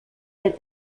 that